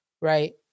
Right